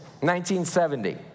1970